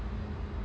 mm